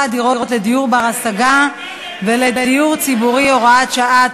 הדירות לדיור בר-השגה ולדיור ציבורי (הוראת שעה),